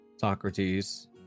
Socrates